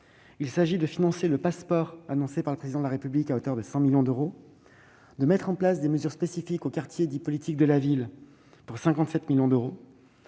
Il s'agit aussi de financer le Pass'Sport, annoncé par le Président de la République, à hauteur de 100 millions d'euros ; de mettre en place des mesures spécifiques aux quartiers prioritaires de la politique de la ville, pour 57 millions d'euros